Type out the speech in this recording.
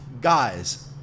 guys